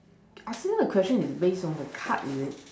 I think the question is base on the card is it